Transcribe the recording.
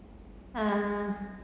uh